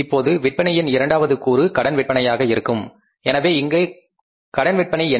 இப்போது விற்பனையின் இரண்டாவது கூறு கடன் விற்பனையாக இருக்கும் எனவே இங்கே கடன் விற்பனை என்ன